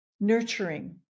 nurturing